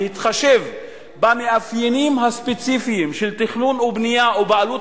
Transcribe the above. להתחשב במאפיינים הספציפיים של תכנון ובנייה או בעלות